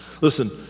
Listen